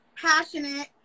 passionate